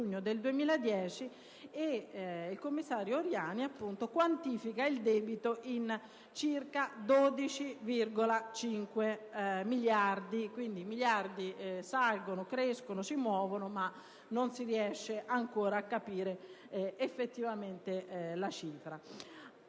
il 18 giugno 2010 dove quantifica il debito in circa 12,5 miliardi. Quindi, i miliardi salgono, crescono, si muovono, ma non si riesce ancora a capire effettivamente la cifra.